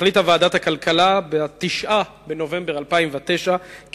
החליטה ועדת הכלכלה ב-9 בנובמבר 2009 כי